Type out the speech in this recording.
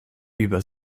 über